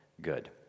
good